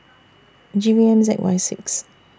G V M Z Y six